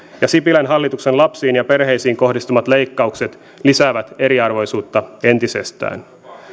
ja sipilän hallituksen lapsiin ja perheisiin kohdistamat leikkaukset lisäävät eriarvoisuutta entisestään